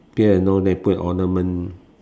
pierce your nose then you put an ornament